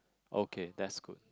okay that's good